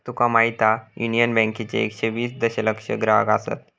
तुका माहीत हा, युनियन बँकेचे एकशे वीस दशलक्ष ग्राहक आसत